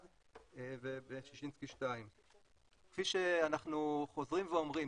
ובששינסקי 2. כפי שאנחנו חוזרים ואומרים,